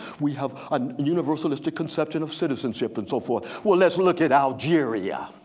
we have a universalistic conception of citizenship and so forth. well let's look at algeria,